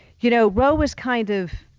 you know, roe was kind of.